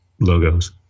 logos